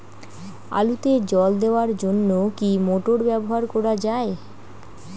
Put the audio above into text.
আলুতে জল দেওয়ার জন্য কি মোটর ব্যবহার করা যায়?